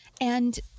and-